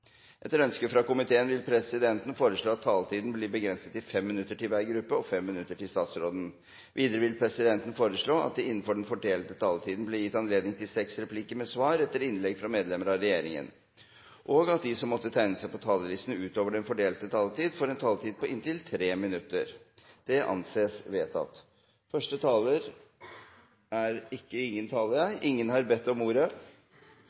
Etter ønske fra familie- og kulturkomiteen vil presidenten foreslå at taletiden begrenses til 5 minutter til hver gruppe og 5 minutter til statsråden. Videre vil presidenten foreslå at det gis anledning til seks replikker med svar etter innlegg fra medlemmer av regjeringen innenfor den fordelte taletid, og at de som måtte tegne seg på talerlisten utover den fordelte taletid, får en taletid på inntil 3 minutter. – Det anses vedtatt. Ingen har bedt om ordet.